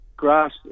grass